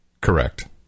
Correct